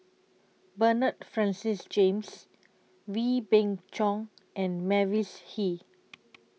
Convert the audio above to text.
Bernard Francis James Wee Beng Chong and Mavis Hee